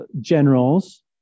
generals